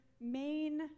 main